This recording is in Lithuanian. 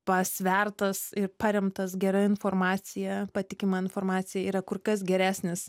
pasvertas ir paremtas gera informacija patikima informacija yra kur kas geresnis